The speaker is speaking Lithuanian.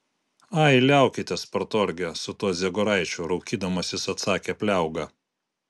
ai liaukitės partorge su tuo dziegoraičiu raukydamasis atsakė pliauga